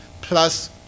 plus